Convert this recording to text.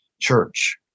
church